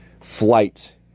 flight